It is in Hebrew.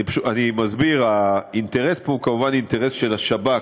אני מסביר: האינטרס פה הוא כמובן אינטרס של השב"כ,